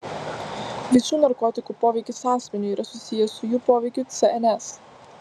visų narkotikų poveikis asmeniui yra susijęs su jų poveikiu cns